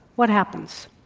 what happens?